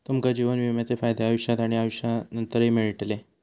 तुमका जीवन विम्याचे फायदे आयुष्यात आणि आयुष्यानंतरही मिळतले